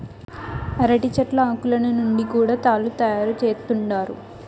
అరటి చెట్ల ఆకులను నుంచి కూడా తాళ్ళు తయారు చేత్తండారు